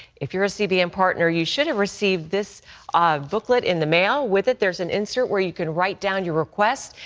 if you're a cbn partner you should have received this ah booklet in the mail. with it there's an instrument where you can write down your request.